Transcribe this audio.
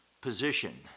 position